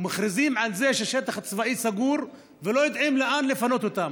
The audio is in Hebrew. מכריזים על שטח צבאי סגור ולא יודעים לאן לפנות אותם.